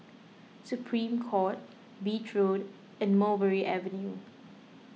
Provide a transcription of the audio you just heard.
Supreme Court Beach Road and Mulberry Avenue